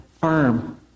firm